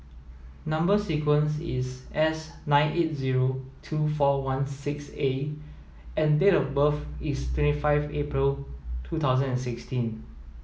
number sequence is S nine eight zero two four one six A and date of birth is twenty five April two thousand and sixteen